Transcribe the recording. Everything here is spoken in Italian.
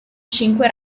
cinque